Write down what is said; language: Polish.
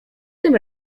tym